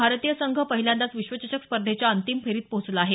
भारतीय संघ पहिल्यांदाच विश्वचषक स्पर्धेच्या अंतिम फेरीत पोहोचला आहे